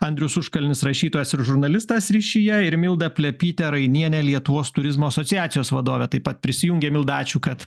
andrius užkalnis rašytojas ir žurnalistas ryšyje ir milda plepytė rainienė lietuos turizmo asociacijos vadovė taip pat prisijungė milda ačiū kad